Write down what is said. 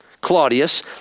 Claudius